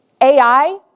AI